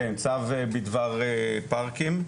כן, צו בדבר פארקים,